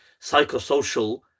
psychosocial